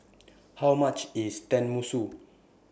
How much IS Tenmusu